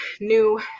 new